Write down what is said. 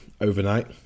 overnight